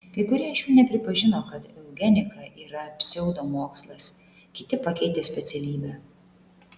kai kurie iš jų nepripažino kad eugenika yra pseudomokslas kiti pakeitė specialybę